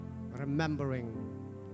Remembering